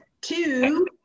two